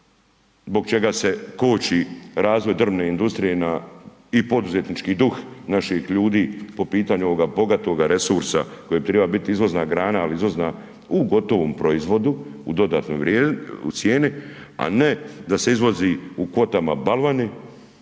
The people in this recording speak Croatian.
zbog čega se koči razvoj drvne industrije na i poduzetnički duh naših ljudi po pitanju ovoga bogatoga resursa koji bi triba bit izvozna grana, ali izvozna u gotovom proizvodu, u dodatnoj cijeni, a ne da se izvozi u kvotama balvani,